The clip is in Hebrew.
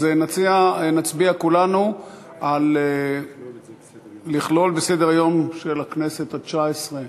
אז נצביע כולנו על לכלול בסדר-היום של הכנסת התשע-עשרה,